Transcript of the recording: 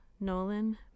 Nolan